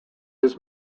his